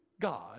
God